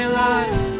life